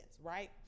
right